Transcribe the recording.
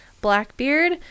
Blackbeard